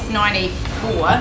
94